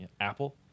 Apple